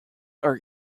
are